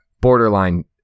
borderline